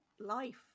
life